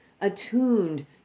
attuned